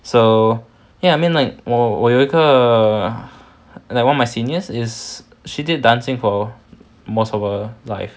so ya I mean like 我我有一个 like one of my seniors is she did dancing for most of her life